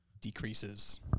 decreases